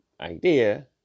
idea